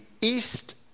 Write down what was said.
east